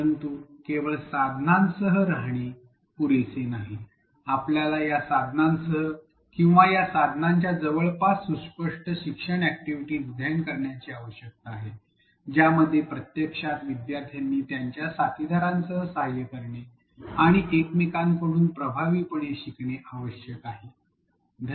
परंतु केवळ साधनांसह राहणे पुरेसे नाही आपल्याला या साधनांसह किंवा या साधनांच्या जवळपास सुस्पष्ट शिक्षण अॅक्टिव्हिटीस् डिझाईन करण्याची आवश्यकता आहे ज्यामध्ये प्रत्यक्षात विद्यार्थ्यांनी त्यांच्या साथीदारांसह कार्य करणे आणि एकमेकांकडून प्रभावीपणे शिकणे आवश्यक आहे